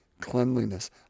cleanliness